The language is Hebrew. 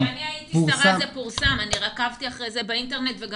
כשאני הייתי שרת הבינוי והשיכון, זה פורסם.